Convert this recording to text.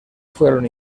fueron